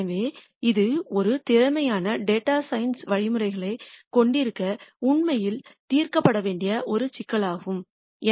எனவே இது ஒரு திறமையான டேட்டா சயின்ஸ் வழிமுறைகளைக் கொண்டிருக்க உண்மையில் தீர்க்கப்பட வேண்டிய ஒரு சிக்கலாகும்